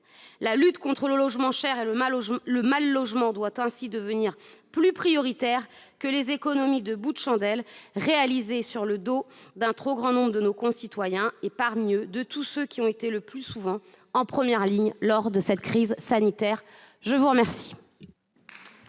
La lutte contre le logement cher et le mal-logement doit ainsi devenir prioritaire par rapport aux économies de bout de chandelle réalisées sur le dos d'un trop grand nombre de nos concitoyens, et, parmi eux, de tous ceux qui ont été le plus souvent en première ligne lors de cette crise sanitaire. La parole